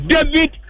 David